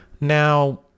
Now